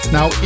Now